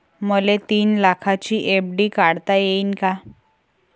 मले तीन लाखाची एफ.डी काढता येईन का?